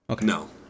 No